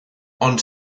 ond